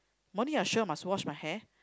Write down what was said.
morning I sure must wash my hair